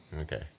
Okay